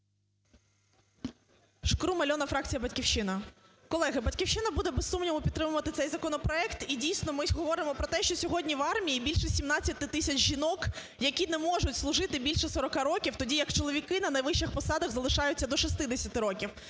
Шкрум Альона, фракція "Батьківщина". Колеги, "Батьківщина" буде, без сумніву, підтримувати цей законопроект. І, дійсно, ми говоримо про те, що сьогодні в армії більше 17 тисяч жінок, які не можуть служити більше 40 років, тоді як чоловіки на найвищих посадах залишаються до 60 років.